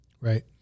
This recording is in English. Right